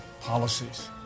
policies